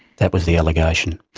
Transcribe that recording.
that was the allegation.